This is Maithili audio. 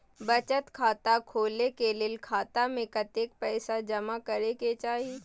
बचत खाता खोले के लेल खाता में कतेक पैसा जमा करे के चाही?